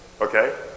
okay